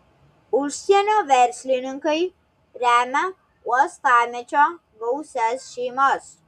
užsienio verslininkai remia uostamiesčio gausias šeimas